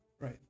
Right